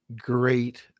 great